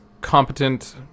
competent